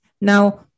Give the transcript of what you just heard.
Now